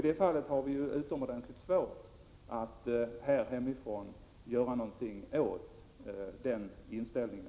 I dessa fall har vi ju utomordentligt svårt att här göra någonting åt denna inställning.